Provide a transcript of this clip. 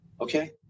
Okay